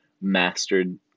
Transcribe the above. mastered